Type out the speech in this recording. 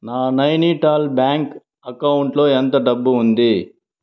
నా నైనిటాల్ బ్యాంక్ అకౌంట్లో ఎంత డబ్బు ఉంది